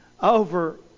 over